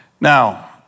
Now